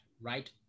Right